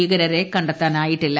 ഭീകരരെ കണ്ടെത്താനായിട്ടില്ല